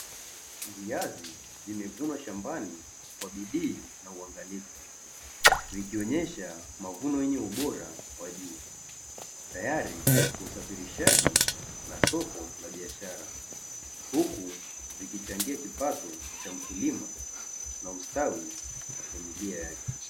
Viazi vimevunwa shambani kwa bidii na uangalifu, ikionesha mavuno yaliyobora kwa ajili tayari kusafirishaji wa soko la kibiashara huku nikichangia kipato cha mkulima na ustawi na bidii yake.